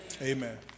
Amen